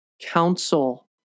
Council